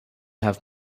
have